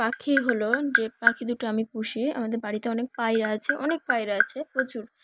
পাখি হলো যে পাখি দুটো আমি পুষি আমাদের বাড়িতে অনেক পায়রা আছে অনেক পায়রা আছে প্রচুর